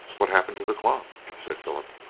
what happened to the clock? said philip.